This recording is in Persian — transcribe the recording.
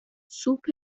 سوپ